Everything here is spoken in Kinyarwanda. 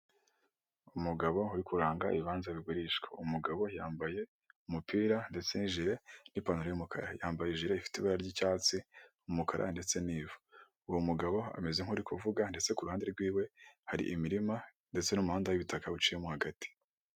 Umugabo uri kuranga ibibanza bigurishwa, umugabo yambaye umupira ndetse n'ijiri n'ipantaro y'umukara yambaye ijiri ifite ibara ry'icyatsi, umukara ndetse n'ivu, uwo mugabo ameze nk'uri kuvuga ndetse kuruhande rw'iwe hari imirima ndetse n'umuhanda w'ibitaka buciyemo hagati.